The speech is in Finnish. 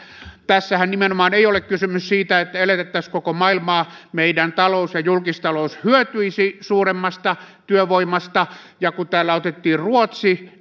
tässähän nimenomaan ei ole kysymys siitä että elätettäisiin koko maailmaa meidän taloutemme ja julkistaloutemme hyötyisi suuremmasta työvoimasta kun täällä otettiin ruotsi